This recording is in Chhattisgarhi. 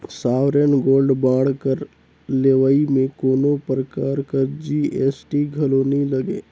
सॉवरेन गोल्ड बांड कर लेवई में कोनो परकार कर जी.एस.टी घलो नी लगे